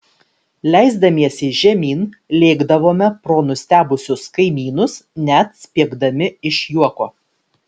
leisdamiesi žemyn lėkdavome pro nustebusius kaimynus net spiegdami iš juoko